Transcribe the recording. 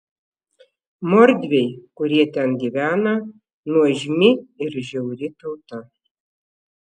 mordviai kurie ten gyvena nuožmi ir žiauri tauta